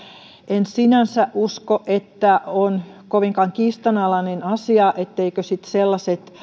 en sinänsä usko että on kovinkaan kiistanalainen asia etteikö sitten sellaisten hankkeiden